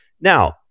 Now